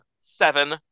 seven